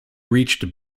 reached